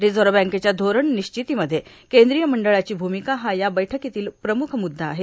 reserve बँकेच्या धोरण निश्चितीमध्ये केंद्रीय मंडळाची भूमिका हा या बैठकीतील प्रमुख मुद्दा आहे